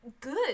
good